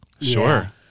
Sure